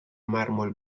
mármol